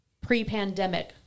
pre-pandemic